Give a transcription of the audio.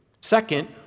Second